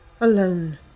Alone